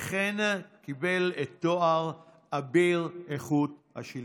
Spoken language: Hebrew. וכן קיבל את תואר אביר איכות השלטון.